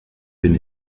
bin